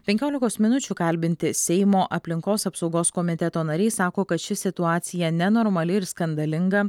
penkiolikos minučių kalbinti seimo aplinkos apsaugos komiteto nariai sako kad ši situacija nenormali ir skandalinga